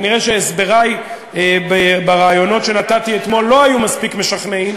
כנראה הסברי בראיונות שנתתי אתמול לא היו מספיק משכנעים,